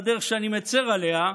בדרך שאני מצר עליה,